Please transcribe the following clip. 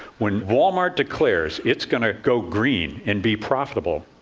when wal-mart declares it's going to go green and be profitable,